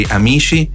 amici